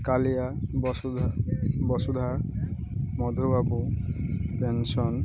କାଳିଆ ବସୁଧା ବସୁଧା ମଧୁବାକୁୁ ପେନ୍ସନ୍